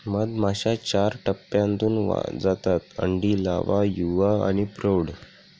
मधमाश्या चार टप्प्यांतून जातात अंडी, लावा, युवा आणि प्रौढ